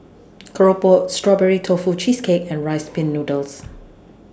Keropok Strawberry Tofu Cheesecake and Rice Pin Noodles